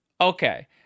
Okay